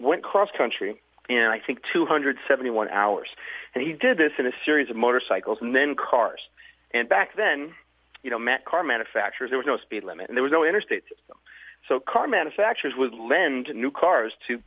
when cross country and i think two hundred seventy one hours and he did this in a series of motorcycles and then cars and back then you know met car manufacturers there was no speed limit and there was no interstate system so car manufacturers would lend new cars to